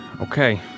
Okay